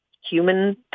human